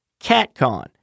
CatCon